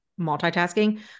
multitasking